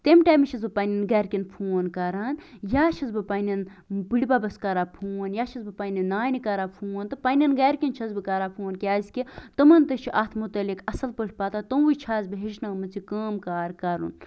تمہِ ٹایمہٕ چھَس بہٕ پَنٕنیٚن گَرِکیٚن فون کَران یا چھَس بہٕ پَنٕنیٚن بُڈٕ بَبَس کَران فون یا چھَس بہٕ پَننہِ نانہِ کَران فون تہٕ پَنٕنیٚن گَرِکیٚن چھَس بہٕ کَران فون کیٛازکہِ تِمن تہِ چھ اَتھ مُتعلِق اَصٕل پٲٹھۍ پَتاہ تِموٕے چھَہَس بہٕ ہیٚچھنٲومٕژ یہِ کٲم کار کَرُن